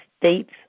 States